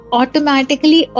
automatically